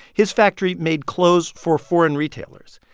his factory made clothes for foreign retailers.